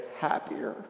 happier